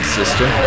sister